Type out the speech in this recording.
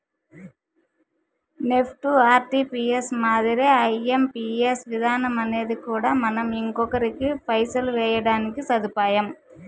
NEFT, RTGS మాదిరే IMPS విధానమనేది కూడా మనం ఇంకొకరికి పైసలు వేయడానికి సదుపాయం